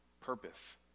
purpose